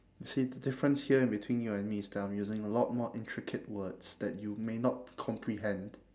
see the difference here in between you and me is that I'm using a lot more intricate words that you may not comprehend